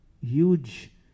huge